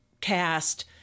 cast